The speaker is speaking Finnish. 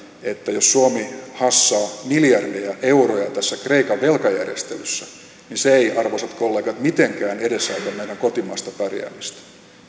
että jos suomi hassaa miljardeja euroja tässä kreikan velkajärjestelyssä niin se ei arvoisat kollegat mitenkään edesauta meidän kotimaista pärjäämistämme